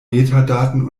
metadaten